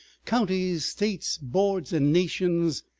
counties, states, boards, and nations,